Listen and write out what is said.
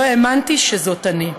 לא האמנתי שזאת אני.